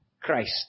Christ